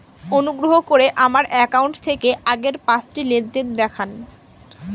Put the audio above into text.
অনুগ্রহ করে আমার অ্যাকাউন্ট থেকে আগের পাঁচটি লেনদেন দেখান